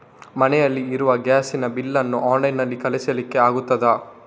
ಮನೆಯಲ್ಲಿ ಇರುವ ಗ್ಯಾಸ್ ನ ಬಿಲ್ ನ್ನು ಆನ್ಲೈನ್ ನಲ್ಲಿ ಕಳಿಸ್ಲಿಕ್ಕೆ ಆಗ್ತದಾ?